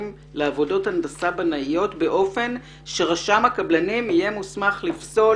לעבודות הנדסה בנאיות באופן שרשם הקבלנים יהיה מוסמך לפסול,